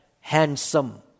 handsome